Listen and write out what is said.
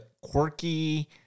quirky